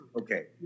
Okay